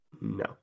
No